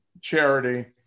charity